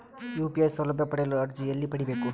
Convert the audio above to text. UPI ಸೌಲಭ್ಯ ಪಡೆಯಲು ಅರ್ಜಿ ಎಲ್ಲಿ ಪಡಿಬೇಕು?